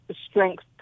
strength